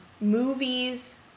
movies